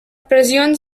pressions